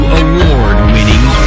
award-winning